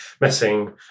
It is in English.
messing